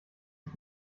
ist